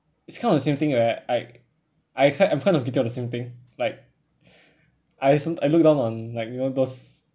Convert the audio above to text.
it's kind of the same thing right right I heard I'm kind of thinking of the same thing like I su~ I look down on like you know those